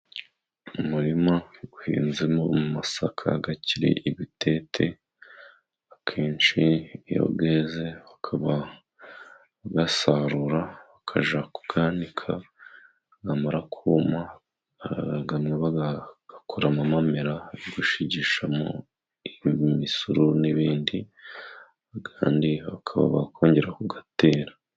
Umurima uhinzemo amasaka akiri ibitete. Akenshi iyo yeze bakaba bayasarura bakajya kuyanika, yamara kuma amwe bakayakoramo amamera yo gushigishamo imisuru n'ibindi, kandi bakaba bakongera kuyatera.